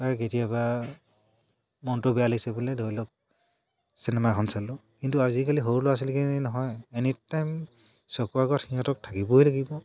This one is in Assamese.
আৰু কেতিয়াবা মনটো বেয়া লাগিছে বোলে ধৰি লওক চিনেমা এখন চালোঁ কিন্তু আজিকালি সৰু ল'ৰা ছোৱালীখিনি নহয় এনিটাইম চকুৰ আগত সিহঁতক থাকিবই লাগিব